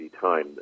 time